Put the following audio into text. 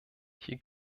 hier